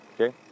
Okay